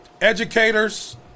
educators